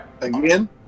Again